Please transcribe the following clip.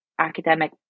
academic